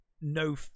no